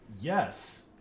Yes